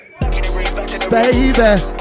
Baby